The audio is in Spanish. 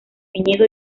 viñedo